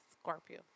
Scorpio